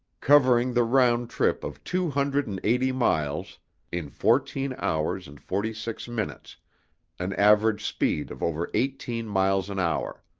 covering the round trip of two hundred and eighty miles in fourteen hours and forty-six minutes an average speed of over eighteen miles an hour.